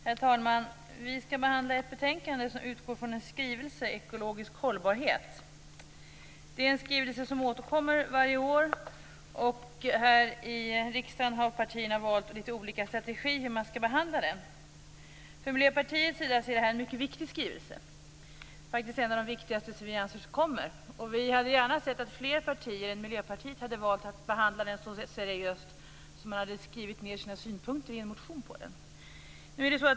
Herr talman! Vi skall nu behandla ett betänkande som utgår från skrivelsen Ekologisk hållbarhet. Det är en skrivelse som återkommer varje år. Här i riksdagen har partierna valt litet olika strategi för hur skrivelsen skall behandlas. För oss i Miljöpartiet är det fråga om en mycket viktig skrivelse - ja, faktiskt en av de viktigaste skrivelserna som kommer. Vi hade gärna sett att fler partier än Miljöpartiet valde att behandla den så seriöst att det också fanns synpunkter nedskrivna i en motion.